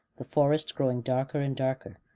the forest growing darker and darker,